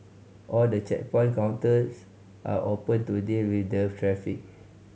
all the checkpoint counters are open to deal with the traffic